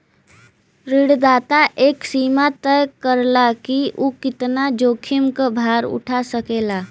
ऋणदाता एक सीमा तय करला कि उ कितना जोखिम क भार उठा सकेला